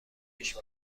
پیش